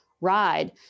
ride